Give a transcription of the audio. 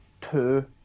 two